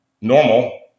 normal